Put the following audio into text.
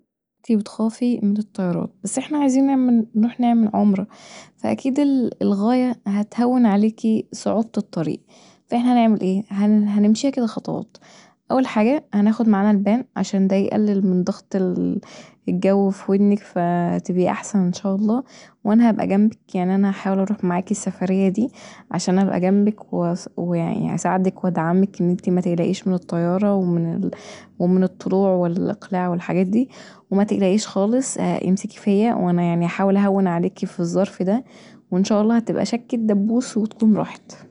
انتي بتخافي من الطيران بس احنا عايزين نروح نعمل عمره فأكيد الغايه هتهون عليكي صعوبه الطريق فأحنا هنعمل ايه هنمشيها كدا خطوات أول حاجه هناخد معانا لبان عشان دا يقلل من ضغط الجو في ودنك بتبقي أحسن إن شاء الله وأنا هبقي جنبك يعني انا هحاول اروح معاكي السفرية دي عشان ابقي جنبك واساعدك وادعمك ان انتي متقلقيش من الطيارة ومن الطلوع والإقلاع والحاجات دي ومتقلقيش خالص، امسكي فيا وأنا يعني هحاول اهون عليكي في الظرف دا وإن شاء الله هتكون شكة دبوس وخلاص راحت